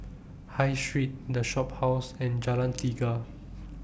High Street The Shophouse and Jalan Tiga